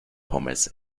pommes